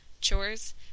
chores